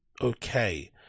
okay